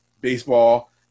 baseball